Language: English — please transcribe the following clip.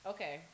Okay